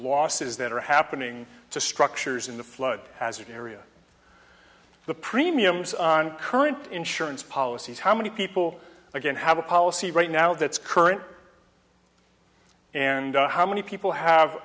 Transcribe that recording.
losses that are happening to structures in the flood hazard area the premiums on current insurance policies how many people again have a policy right now that's current and how many people have